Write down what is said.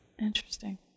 Interesting